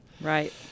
Right